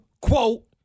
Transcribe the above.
quote